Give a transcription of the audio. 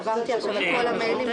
עברנו על זה